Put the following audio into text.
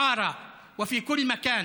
בעארה ובכל מקום,